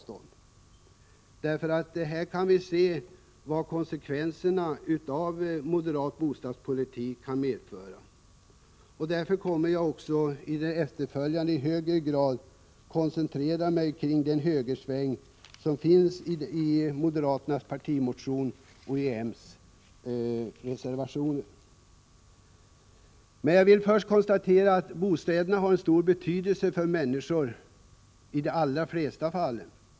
Genom den här motionen kan vi ju se vilka konsekvenserna av en moderat bostadspolitik kan bli. Jag kommer därför i det efterföljande att koncentrera mig på den högersväng som finns i moderaternas partimotion och i de moderata reservationerna. Men jag vill först konstatera att bostaden i de allra flesta fall har en stor betydelse för människor.